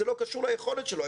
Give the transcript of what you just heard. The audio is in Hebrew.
זה לא קשור ליכולת שלו.